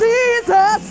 Jesus